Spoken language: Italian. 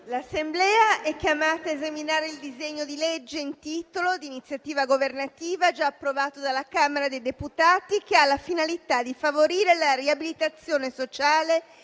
l'Assemblea è chiamata esaminare il disegno di legge in titolo di iniziativa governativa, già approvato dalla Camera dei deputati, che ha la finalità di favorire la riabilitazione sociale e